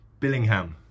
Billingham